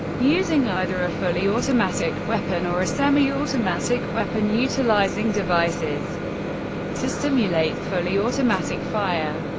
using either a fully automatic weapon, or a semi-automatic weapon utilizing devices to simulate fully automatic fire.